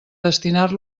destinar